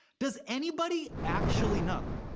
does anybody actually know?